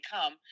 come